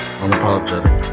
unapologetic